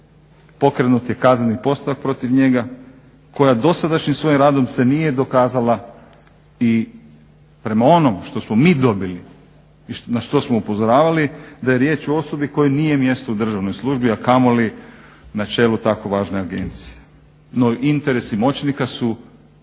pokrenut je kazneni postupak protiv njega koja dosadašnjim svojim radom se nije dokazala. I prema onom što smo mi dobili i na što smo upozoravali da je riječ o osobi kojoj nije mjesto u državnoj službi, a kamoli na čelu tako važne agencije. No, interesi moćnika su